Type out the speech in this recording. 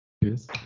Yes